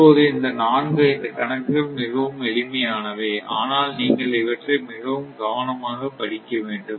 இப்போது இந்த நான்கு ஐந்து கணக்குகள் மிகவும் எளிமையானவை ஆனால் நீங்கள் இவற்றை மிகவும் கவனமாக படிக்கவேண்டும்